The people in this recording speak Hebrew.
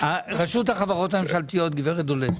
רשות החברות הממשלתיות, גברת דולב.